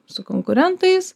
su konkurentais